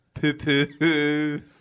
poo-poo